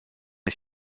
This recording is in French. est